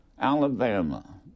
Alabama